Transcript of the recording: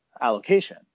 allocation